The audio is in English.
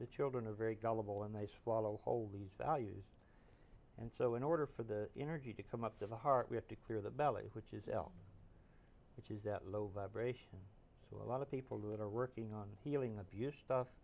the children a very gullible and they swallow whole these values and so in order for the energy to come up to the heart we have to clear the belly which is l which is that low vibration so a lot of people that are working on healing abuse stuff